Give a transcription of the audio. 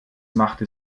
machte